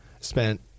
spent